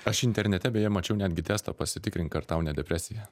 aš internete beje mačiau netgi testą pasitikrink ar tau ne depresija